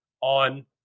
on